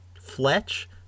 Fletch